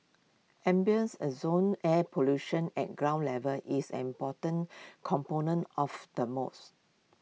ambience ozone air pollution at ground level is an important component of the moss